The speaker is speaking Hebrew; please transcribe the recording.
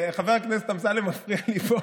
חבר הכנסת אמסלם מפריע לי פה.